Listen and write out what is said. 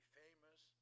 famous